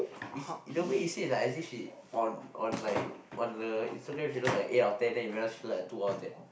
is either way you say like as if she on on like on the Instagram she does that eh I tear that where else she look like two out of that